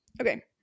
Okay